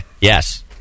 Yes